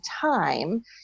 time